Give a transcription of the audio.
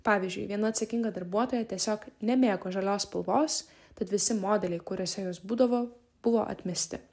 pavyzdžiui viena atsakinga darbuotoja tiesiog nemėgo žalios spalvos tad visi modeliai kuriuose jos būdavo buvo atmesti